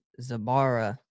Zabara